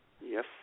yes